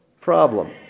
problem